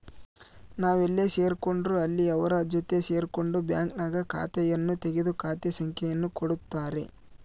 ನಾವೆಲ್ಲೇ ಸೇರ್ಕೊಂಡ್ರು ಅಲ್ಲಿ ಅವರ ಜೊತೆ ಸೇರ್ಕೊಂಡು ಬ್ಯಾಂಕ್ನಾಗ ಖಾತೆಯನ್ನು ತೆಗೆದು ಖಾತೆ ಸಂಖ್ಯೆಯನ್ನು ಕೊಡುತ್ತಾರೆ